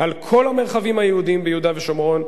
על כל המרחבים היהודיים ביהודה ושומרון.